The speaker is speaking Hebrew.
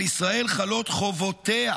על ישראל חלות חובותיה